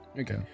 Okay